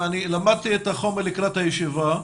למדתי את החומר לקראת הישיבה.